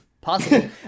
possible